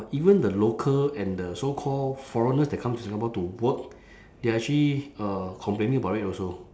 even the local and the so called foreigners that come to singapore to work they are actually uh complaining about it also